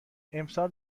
امسال